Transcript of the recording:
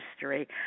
history